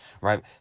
right